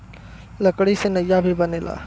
लकड़ी से नइया भी बनला